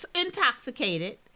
Intoxicated